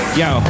yo